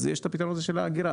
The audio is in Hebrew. יש את הפתרון של האגירה.